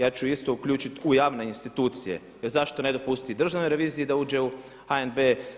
Ja ću isto uključiti u javne institucije jer zašto ne dopustiti državnoj reviziji da uđe u HNB?